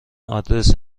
آدرس